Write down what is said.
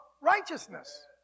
righteousness